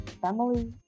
family